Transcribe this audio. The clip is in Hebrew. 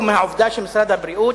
ומהעובדה שמשרד הבריאות,